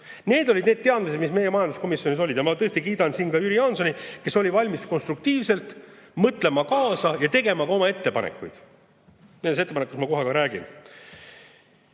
Need olid need teadmised, mis meil majanduskomisjonis olid. Ja ma tõesti kiidan siin Jüri Jaansonit, kes oli valmis konstruktiivselt mõtlema kaasa ja tegema ka oma ettepanekuid. Nendest ettepanekutest ma kohe ka räägin.